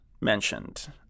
mentioned